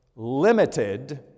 Limited